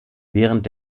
während